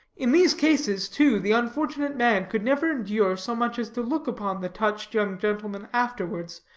in these cases, too, the unfortunate man could never endure so much as to look upon the touched young gentleman afterwards,